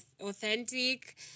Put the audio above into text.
authentic